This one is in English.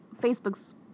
Facebook's